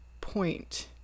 point